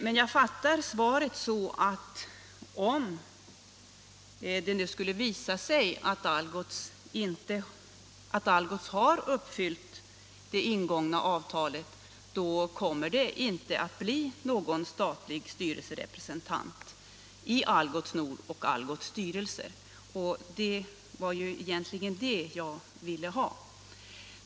Men jag fattar svaret så att om det nu skulle visa sig att Algots har uppfyllt det ingångna avtalet, så kommer det inte att bli någon statlig styrelserepresentatant i Algots Nords och Algots styrelser. Det var ju egentligen det jag ville ha.